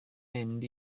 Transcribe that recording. mynd